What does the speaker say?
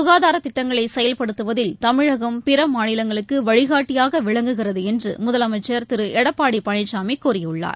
சுகாதாரத் திட்டங்களை செயல்படுத்துவதில் தமிழகம் பிற மாநிலங்களுக்கு வழிகாட்டியாக விளங்குகிறது என்று முதலமைச்சர் திரு எப்பாடி பழனிசாமி கூறியுள்ளார்